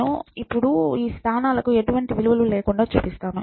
నేను ఉద్దేశపూర్వకంగా ఈ స్థానాలను ఎటువంటి విలువలు లేకుండా చూపిస్తున్నాను